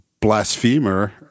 blasphemer